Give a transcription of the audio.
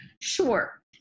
Sure